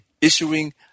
issuing